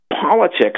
politics